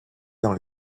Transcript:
dans